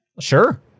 Sure